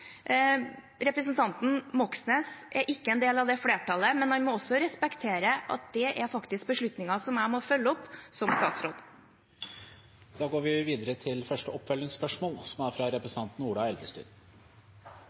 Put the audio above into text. Representanten Moxnes er ikke en del av det flertallet, men han må også respektere at det faktisk er beslutninger som jeg må følge opp som statsråd. Ola Elvestuen – til oppfølgingsspørsmål. Det ser ut til at statsråden og flere fagmiljøer er